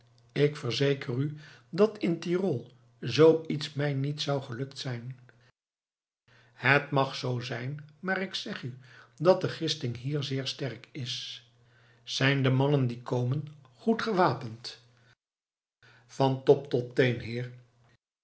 ik verzeker u dat in tyrol zoo iets mij niet zou gelukt zijn het mag zoo zijn maar ik zeg u dat de gisting hier zeer sterk is zijn de mannen die komen goed gewapend van top tot teen heer